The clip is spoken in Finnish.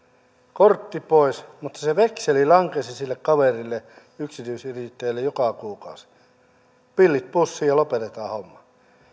kortti pois mutta se se vekseli lankesi sille kaverille yksityisyrittäjälle joka kuukausi pillit pussiin ja lopetetaan homma